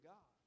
God